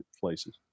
places